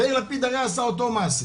יאיר לפיד עשה אותו מעשה,